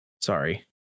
sorry